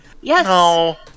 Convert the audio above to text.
Yes